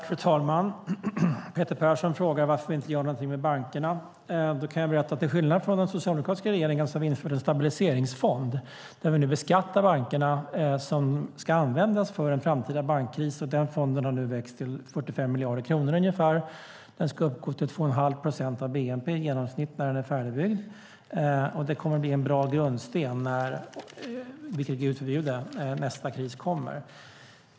Fru talman! Peter Persson frågar varför vi inte gör någonting med bankerna. Jag kan berätta att vi till skillnad från den socialdemokratiska regeringen har infört en stabiliseringsfond. Vi beskattar nu bankerna. Fonden ska användas för en framtida bankkris och har växt till ungefär 45 miljarder kronor. Den ska uppgå till i genomsnitt 2 1⁄2 procent av bnp när den är färdigbyggd. Det kommer att bli en bra grundsten när - gud förbjude - nästa kris kommer.